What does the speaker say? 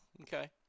Okay